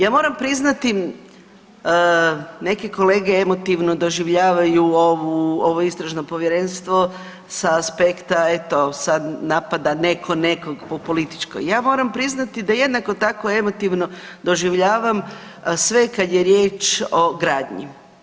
Ja moram priznati, neki kolege emotivno doživljavaju ovo Istražno povjerenstvo s aspekta eto, sad napada netko nekog po političkoj, ja moram priznati da jednako tako emotivno doživljavam sve kad je riječ o gradnji.